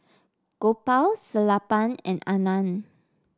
Gopal Sellapan and Anand